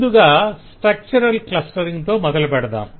ముందుగా structural clustering తో మొదలుపెడదాం